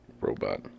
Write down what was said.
Robot